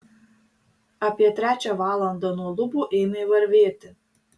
apie trečią valandą nuo lubų ėmė varvėti